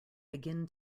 begin